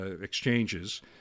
exchanges